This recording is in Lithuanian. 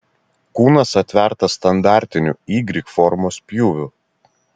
kūnas atvertas standartiniu y formos pjūviu